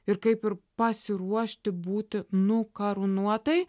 ir kaip ir pasiruošti būti nukarūnuotai